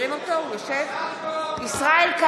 נגד רון